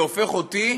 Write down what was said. זה הופך אותי